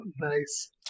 nice